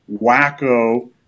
wacko